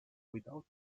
without